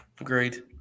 Agreed